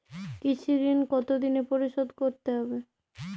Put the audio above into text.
কৃষি ঋণ কতোদিনে পরিশোধ করতে হবে?